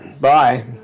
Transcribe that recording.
Bye